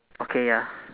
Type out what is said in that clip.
okay ya